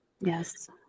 yes